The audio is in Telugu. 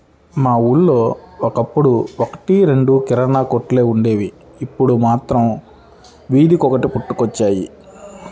మా ఊళ్ళో ఒకప్పుడు ఒక్కటి రెండు కిరాణా కొట్లే వుండేవి, ఇప్పుడు మాత్రం వీధికొకటి పుట్టుకొచ్చాయి